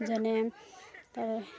যেনে